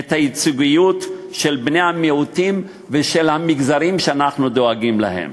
את הייצוגיות של בני המיעוטים ושל המגזרים שאנחנו דואגים להם.